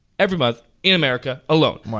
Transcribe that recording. every month in america alone. wow.